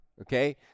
okay